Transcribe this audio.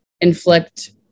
inflict